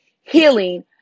healing